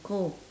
cold